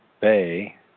Bay